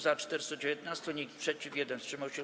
Za - 419, nikt przeciw, 1 wstrzymał się.